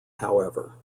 however